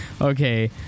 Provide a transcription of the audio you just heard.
Okay